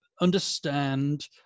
understand